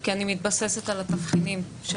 כי אני מתבססת על התבחינים של